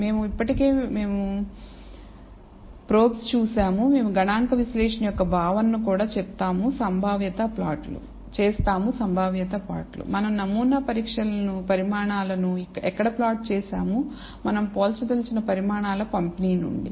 మనం ఇప్పటికే ప్రోబ్ను చూశాము మనం గణాంక విశ్లేషణ యొక్క భావనను కూడా చేసాము సంభావ్యత ప్లాట్లు మనం నమూనా పరిమాణాలను ఎక్కడ ప్లాట్ చేస్తాము మనం పోల్చదలిచిన పరిమాణాల పంపిణీ నుండి